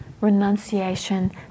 renunciation